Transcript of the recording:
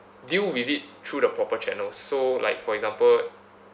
deal with it through the proper channel so like for example